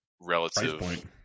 relative